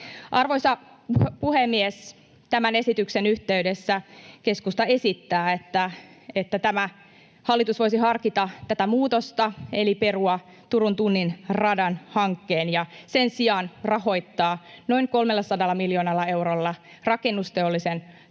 Arvoisa puhemies! Tämän esityksen yhteydessä keskusta esittää, että tämä hallitus voisi harkita tätä muutosta eli perua Turun tunnin radan hankkeen ja sen sijaan rahoittaa noin 300 miljoonalla eurolla rakennusteollisuuden